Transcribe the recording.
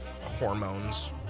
hormones